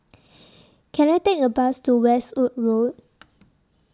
Can I Take A Bus to Westwood Road